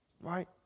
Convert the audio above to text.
Right